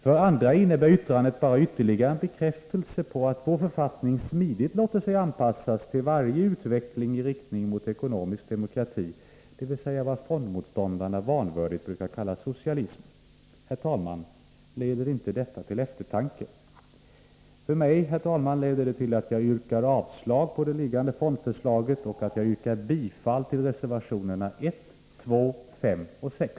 För andra innebär Nr 54 yttrandet bara ytterligare en bekräftelse på att vår författning smidigt låter sig Tisdagen den anpassas till varje utveckling i riktning mot ekonomisk demokrati, dvs. vad 20 december 1983 fondmotståndarna vanvördigt brukar kalla socialism. Herr talman! Stämmer inte detta till eftertanke? För mig leder det till att jag yrkar avslag på föreliggande fondförslag och bifall till reservationerna 1, 2, 5 och 6.